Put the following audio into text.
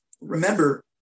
remember